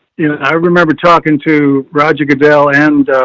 you know i remember talking to roger goodell and